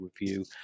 review